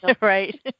Right